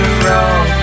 wrong